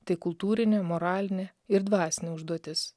tai kultūrinė moralinė ir dvasinė užduotis